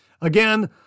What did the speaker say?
Again